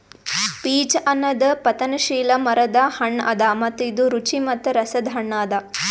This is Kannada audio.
ಪೀಚ್ ಅನದ್ ಪತನಶೀಲ ಮರದ್ ಹಣ್ಣ ಅದಾ ಮತ್ತ ಇದು ರುಚಿ ಮತ್ತ ರಸದ್ ಹಣ್ಣ ಅದಾ